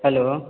hello